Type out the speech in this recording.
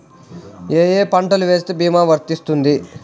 ఏ ఏ పంటలు వేస్తే భీమా వర్తిస్తుంది?